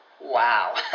Wow